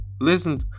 Listen